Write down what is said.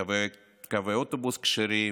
קווי אוטובוס כשרים